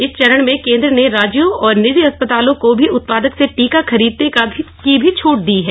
इस चरण में केन्द्र ने राज्यों और निजी अस्पतालों को भी उत्पादक से टीका खरीदने का भी छूट दी है